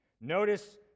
Notice